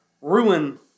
ruin